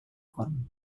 form